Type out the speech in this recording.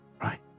Right